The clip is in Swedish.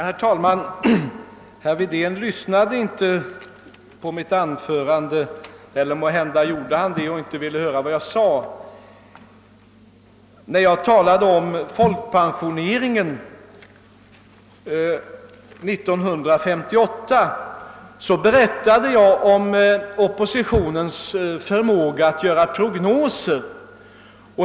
Herr talman! Herr Wedén lyssnade uppenbarligen inte på mitt anförande — eller han ville kanske inte höra vad jag sade. När jag talade om folkpensioneringen 1958 var det för att belysa oppositionens förmåga att ställa prognoser.